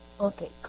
Okay